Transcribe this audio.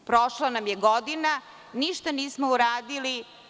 Prošla nam je godina, ništa nismo uradili.